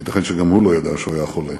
ייתכן שגם הוא לא ידע שהוא היה חולה.